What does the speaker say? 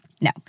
no